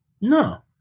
No